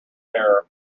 terror